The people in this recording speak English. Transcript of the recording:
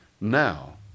now